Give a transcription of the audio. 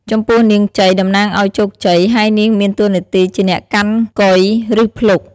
ចំពោះនាងជ័យ តំណាងឱ្យជោគជ័យ ហើយនាងមានតួនាទីជាអ្នកកាន់កុយ ឬភ្លុក ។